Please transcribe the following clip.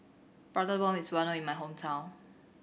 Prata Bomb is well known in my hometown